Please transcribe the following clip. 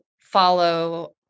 follow